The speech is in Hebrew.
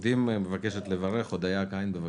העובדים לברך, הודיה קין, בבקשה.